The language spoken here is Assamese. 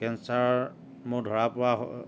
কেঞ্চাৰ মোৰ ধৰা পৰা হ